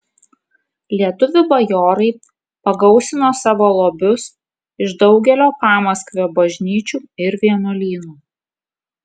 lietuvių bajorai pagausino savo lobius iš daugelio pamaskvio bažnyčių ir vienuolynų